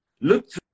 Look